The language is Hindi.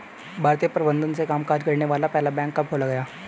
भारतीय प्रबंधन से कामकाज करने वाला पहला बैंक कब खोला गया?